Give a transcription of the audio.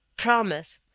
promise!